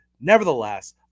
Nevertheless